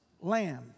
lamb